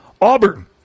Auburn